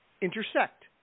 intersect